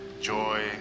joy